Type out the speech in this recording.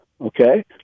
okay